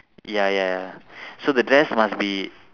ya ya so the dress must be